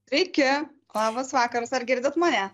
sveiki labas vakaras ar girdit mane